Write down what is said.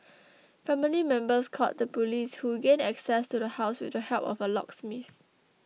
family members called the police who gained access to the house with the help of a locksmith